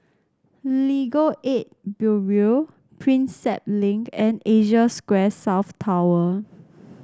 Legal Aid Bureau Prinsep Link and Asia Square South Tower